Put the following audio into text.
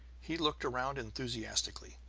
he looked around enthusiastically.